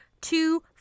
two